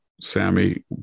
Sammy